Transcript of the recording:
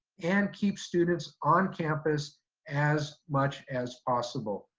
and keep students on campus as much as possible,